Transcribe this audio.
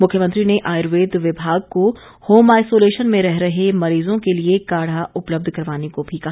मुख्यमंत्री ने आयुर्वेद विभाग को होम आइसोलेशन में रह रहे मरीजों के लिए काढ़ा उपलब्ध करवाने को भी कहा